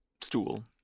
stool